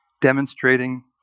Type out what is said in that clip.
demonstrating